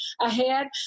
ahead